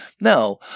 no